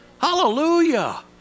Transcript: Hallelujah